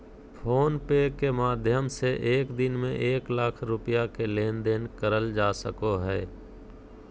phone पे के माध्यम से एक दिन में एक लाख रुपया के लेन देन करल जा सको हय